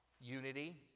Unity